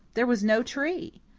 there was no tree!